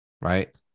right